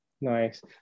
Nice